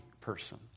person